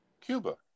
Cuba